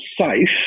safe